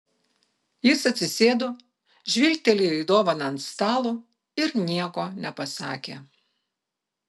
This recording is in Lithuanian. jis atsisėdo žvilgtelėjo į dovaną ant stalo ir nieko nepasakė